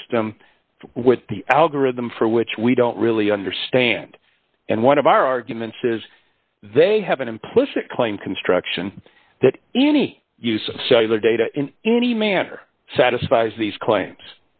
system with the algorithm for which we don't really understand and one of our arguments is they have an implicit claim construction that any use of cellular data in any manner satisfies these claims